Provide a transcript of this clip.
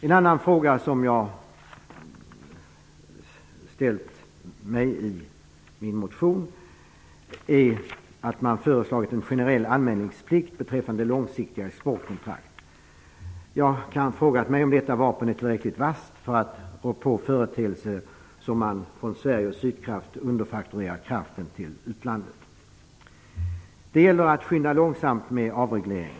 En annan fråga som jag ställt i min motion är att man föreslagit en generell anmälningsplikt beträffande långsiktiga exportkontrakt. Jag har frågat mig om detta vapen är tillräckligt vasst för att rå på företeelser som att man från Sverige och Det gäller att skynda långsamt med avregleringen.